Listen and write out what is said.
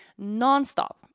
nonstop